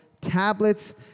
tablets